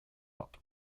hop